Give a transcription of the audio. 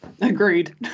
agreed